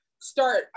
start